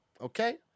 okay